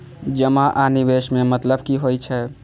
जमा आ निवेश में मतलब कि होई छै?